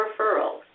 referrals